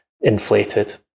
inflated